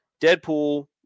Deadpool